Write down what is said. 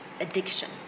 addiction